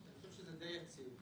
אני חושב שזה די יציב.